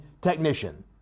technician